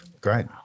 great